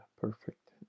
perfect